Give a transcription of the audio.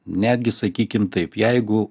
netgi sakykim taip jeigu